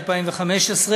התשע"ה 2015,